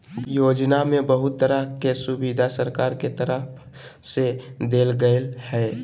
योजना में बहुत तरह के सुविधा सरकार के तरफ से देल गेल हइ